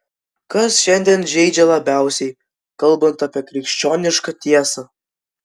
kas šiandien žeidžia labiausiai kalbant apie krikščionišką tiesą